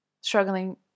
struggling